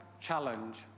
challenge